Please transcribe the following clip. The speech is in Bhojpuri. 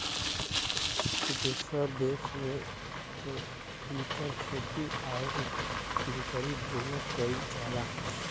दुसर देस में इकर खेती आउर बिकरी दुन्नो कइल जाला